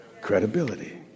credibility